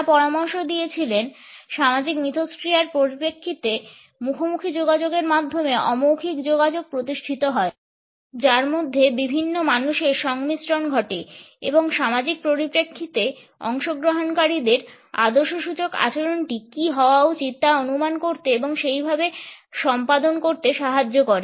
তারা পরামর্শ দিয়েছিলেন সামাজিক মিথস্ক্রিয়ার পরিপ্রেক্ষিতে মুখোমুখি যোগাযোগের মাধ্যমে অমৌখিক যোগাযোগ প্রতিষ্ঠিত হয় যার মধ্যে বিভিন্ন মানুষের সংমিশ্রণ ঘটে এবং সামাজিক পরিপ্রেক্ষিতে অংশগ্রহণকারীদের আদর্শসূচক আচরণটি কী হওয়া উচিৎ তা অনুমান করতে এবং সেই ভাবে সম্পাদন করতে সাহায্য করে